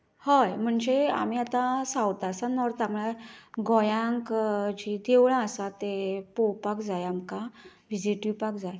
हय म्हणजे आमी आता साउथा सावन नॉर्था म्हळ्यार गोंयांत जी देवळां आसात ती पळोवंपाक जाय आमकां विजीट दिवपाक जाय